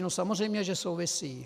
No samozřejmě že souvisí!